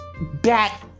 back